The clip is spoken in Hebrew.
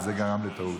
וזה גרם לטעות.